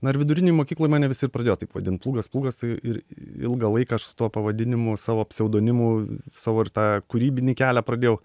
na ir vidurinėj mokykloj mane visi ir pradėjo taip vadint plūgas plūgas ir ilgą laiką aš su tuo pavadinimu savo pseudonimu savo ir tą kūrybinį kelią pradėjau